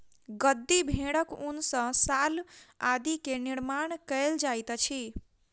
गद्दी भेड़क ऊन सॅ शाल आदि के निर्माण कयल जाइत अछि